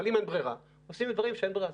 אבל אם אין ברירה, עושים דברים שאין ברירה.